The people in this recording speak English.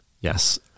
Yes